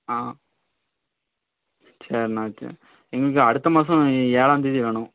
ஆ சரிண்ணா சரி எங்களுக்கு அடுத்த மாதம் ஏழாந்தேதி வேணும்